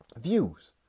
views